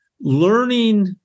Learning